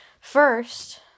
first